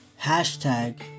Hashtag